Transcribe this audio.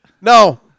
No